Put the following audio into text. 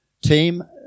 team